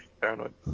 paranoid